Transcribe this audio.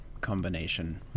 combination